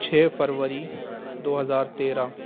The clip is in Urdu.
چھ فروری دو ہزار تیرہ